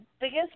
biggest